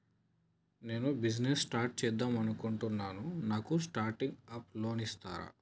నేను business start చేద్దామనుకుంటున్నాను నాకు స్టార్టింగ్ అప్ లోన్ ఇస్తారా?